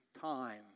time